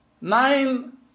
nine